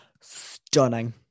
stunning